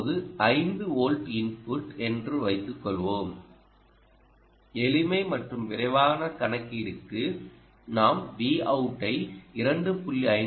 இப்போது 5 volt input என்று வைத்துக்கொள்வோம் எளிமை மற்றும் விரைவான கணக்கீடுக்கு நாம் Vout ஐ 2